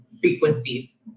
frequencies